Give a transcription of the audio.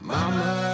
Mama